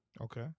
Okay